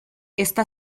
está